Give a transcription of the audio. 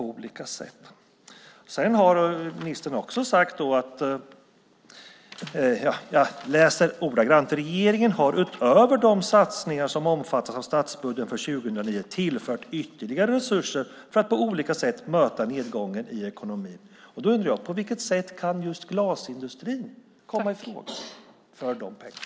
Ministern har också sagt: "Regeringen har utöver de satsningar som omfattas av statsbudgeten för 2009 tillfört ytterligare resurser för att på olika sätt möta nedgången i ekonomin." På vilket sätt kan just glasindustrin komma i fråga för de pengarna?